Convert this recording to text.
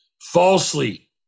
falsely